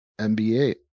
NBA